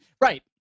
right